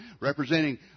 representing